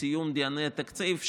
בסיום דיוני התקציב,